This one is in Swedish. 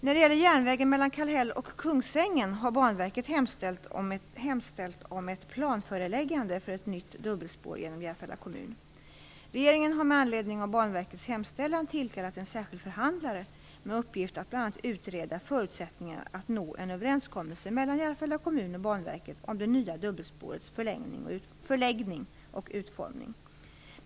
När det gäller järnvägen mellan Kallhäll och Kungsängen har Banverket hemställt om ett planföreläggande för ett nytt dubbelspår genom Järfälla kommun. Regeringen har med anledning av Banverkets hemställan tillkallat en särskild förhandlare med uppgift att bl.a. utreda förutsättningarna att nå en överenskommelse mellan Järfälla kommun och Banverket om det nya dubbelspårets förläggning och utformning.